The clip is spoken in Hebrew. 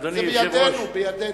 זה בידינו.